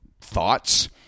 thoughts